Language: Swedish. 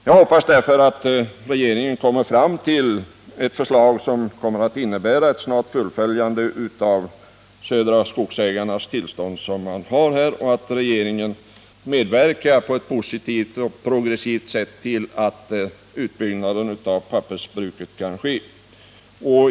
Jag hoppas därför att regeringen lägger fram ett förslag som med hänsyn till Södra Skogsägarnas erhållna tillstånd innebär ett snabbt fullföljande, och jag hoppas också att regeringen på ett positivt och progressivt sätt medverkar till utbyggnaden av pappersbruket.